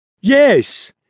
Yes